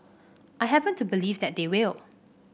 I happen to believe that they will